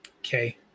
Okay